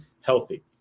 healthy